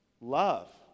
love